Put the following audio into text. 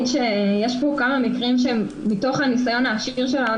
שיש פה כמה מקרים שהם מתוך הניסיון העשיר שלנו,